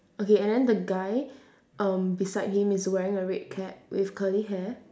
okay and then the guy um beside him is wearing a red cap with curly hair